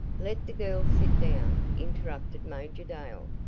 let the girl sit down, interrupted major dale,